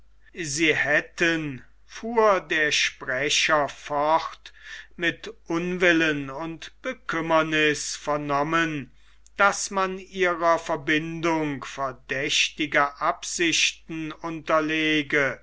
sie hätten fuhr der sprecher fort mit unwillen und bekümmerniß vernommen daß man ihrer verbindung verdächtige absichten unterlege